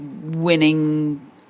winning